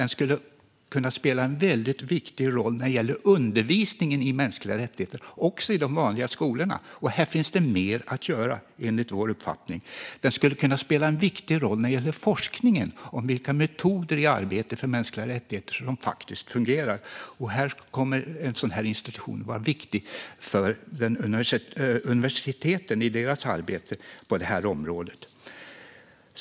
Den skulle kunna spela en väldigt viktig roll när det gäller undervisningen i mänskliga rättigheter, också i de vanliga skolorna. Här finns det mer att göra, enligt vår uppfattning. Den skulle kunna spela en viktig roll när det gäller forskningen om vilka metoder i arbetet för mänskliga rättigheter som faktiskt fungerar. Ett sådant här institut kommer att vara viktigt för universiteten i deras arbete på området.